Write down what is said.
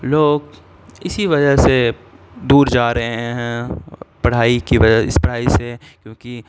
لوگ اسی وجہ سے دور جا رہے ہیں پڑھائی کی وجہ اس پڑھائی سے کیونکہ